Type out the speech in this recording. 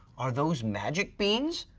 are those magic beans?